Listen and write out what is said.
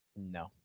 No